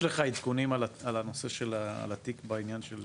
יש לך עדכונים על הנושא, על התיק של ---?